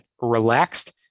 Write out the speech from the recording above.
relaxed